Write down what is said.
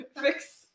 fix